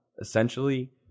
essentially